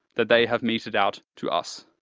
that they have meted out to us.